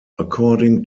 according